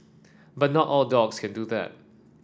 but not all dogs can do that